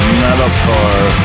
metalcore